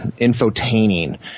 infotaining